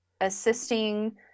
assisting